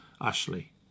Ashley